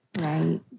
right